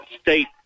state